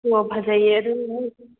ꯑꯣ ꯐꯖꯩꯌꯦ ꯑꯗꯨ ꯃꯣꯏ